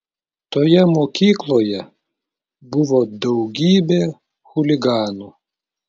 toje mokykloje buvo daugybė chuliganų